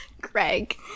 Greg